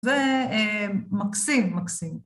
ומקסים, מקסים.